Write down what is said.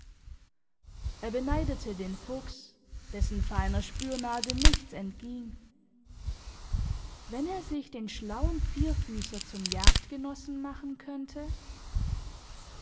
er beneidete den fuchs dessen feiner spürnase nichts entging wenn er sich den schlauen vierfüßer zum jagdgenossen machen könnte